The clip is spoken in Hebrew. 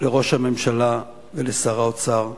ראש הממשלה ואל שר האוצר,